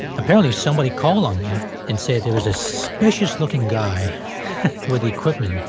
apparently somebody called on me and said there was a suspicious looking guy with equipment.